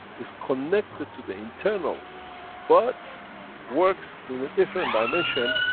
is connected to the internal but works in a different dimension,